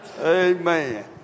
Amen